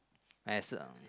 mass uh